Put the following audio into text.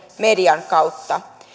median kautta